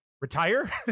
retire